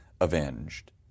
avenged